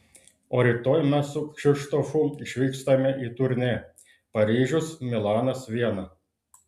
o rytoj mes su kšištofu išvykstame į turnė paryžius milanas viena